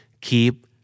keep